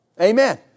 Amen